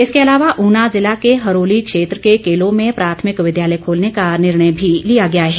इसके अलावा उना जिला के हरोली क्षेत्र के केलो में प्राथमिक विद्यालय खोलने का निर्णय भी लिया गया है